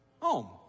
home